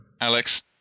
Alex